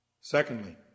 Secondly